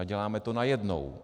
Děláme to najednou.